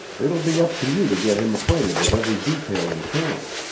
it will be up to you to get him acquainted with every detail in camp.